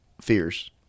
fears